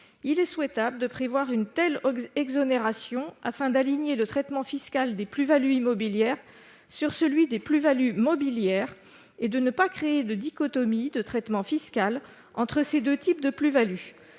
il est souhaitable de prévoir une telle exonération, afin d'aligner le traitement fiscal des plus-values immobilières sur celui des plus-values mobilières et de ne pas créer de dichotomie de traitement fiscal entre ces deux types de plus-values.